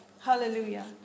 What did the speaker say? Hallelujah